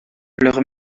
leur